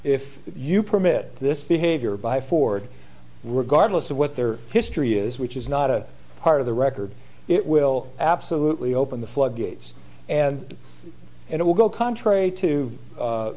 if you permit this behavior by ford regardless of what their history is which is not a part of the record it will absolutely open the floodgates and it will go contrary to